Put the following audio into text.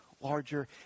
larger